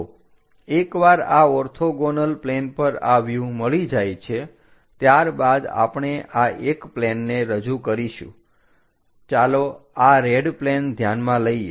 તો એકવાર આ ઓર્થોગોનલ પ્લેન પર આ વ્યૂહ મળી જાય છે ત્યારબાદ આપણે આ એક પ્લેનને રજૂ કરીશું ચાલો આ રેડ પ્લેન ધ્યાનમાં લઈએ